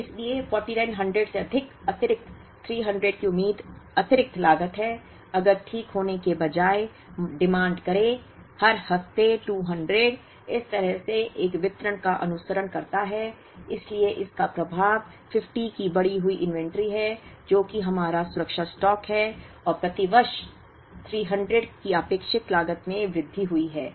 इसलिए 4900 से अधिक अतिरिक्त 300 की उम्मीद अतिरिक्त लागत है अगर ठीक होने के बजाय मांग करें हर हफ्ते 200 इस तरह से एक वितरण का अनुसरण करता है इसलिए इसका प्रभाव 50 की बढ़ी हुई इन्वेंट्री है जो कि हमारा सुरक्षा स्टॉक है और प्रति वर्ष 300 की अपेक्षित लागत में वृद्धि हुई है